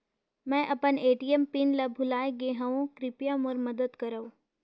मैं अपन ATM pin ल भुला गे हवों, कृपया मोर मदद करव